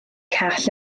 call